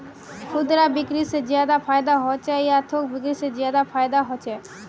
खुदरा बिक्री से ज्यादा फायदा होचे या थोक बिक्री से ज्यादा फायदा छे?